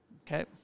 Okay